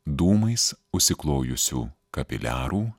dūmais užsiklojusių kapiliarų